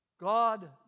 God